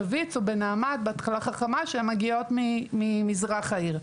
בנעמ"ת שהן מגיעות ממזרח העיר,